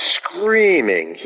screaming